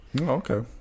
Okay